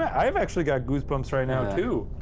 yeah i've actually got goosebumps right now too.